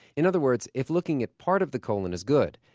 in other words, if looking at part of the colon is good,